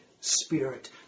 Spirit